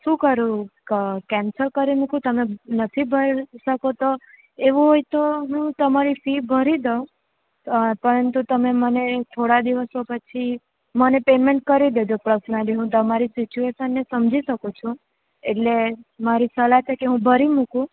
તો શું કરું કેન્સલ કરી મૂકું તમે નથી ભરી શકો તો એવું હોય તો હું તમારી ફીસ ભરી દઉં પરંતુ તમે મને થોડા દિવસો પછી મને પેમેન્ટ કરી દેજો પર્સનલી હું તમારી સિચ્યુએસનને સમજી શકું છું એટલે મારી સલાહ છે કે હું ભરી મૂકું